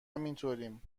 همونطوریم